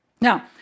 Now